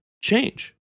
change